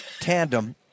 tandem